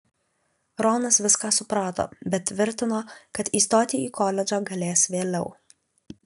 ronas viską suprato bet tvirtino kad įstoti į koledžą galės vėliau